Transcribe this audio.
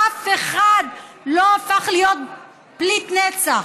אף אחד לא הפך להיות פליט נצח.